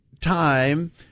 time